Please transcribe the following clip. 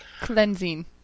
cleansing